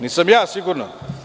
Nisam ja sigurno.